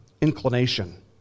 inclination